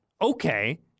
okay